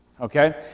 Okay